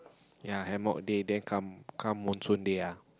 ya hammock day then come come monsoon day ah